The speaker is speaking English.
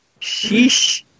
Sheesh